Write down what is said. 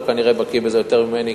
אתה כנראה בקי בזה יותר ממני,